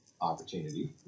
opportunity